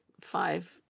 five